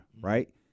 right